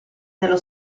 dello